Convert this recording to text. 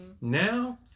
Now